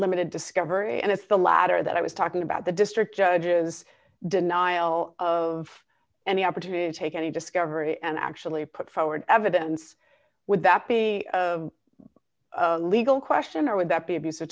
unlimited discovery and if the latter that i was talking about the district judges denial of any opportunity to take any discovery and actually put forward evidence would that be a legal question or would that be abus